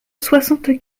soixante